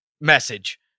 message